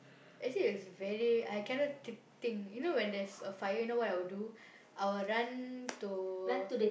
actually is very I cannot th~ think you know when there's a fire you know what I'll do I will run to